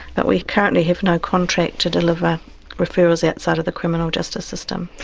but we currently have no contract to deliver referrals outside of the criminal justice system.